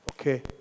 Okay